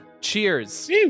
Cheers